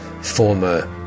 former